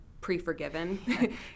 pre-forgiven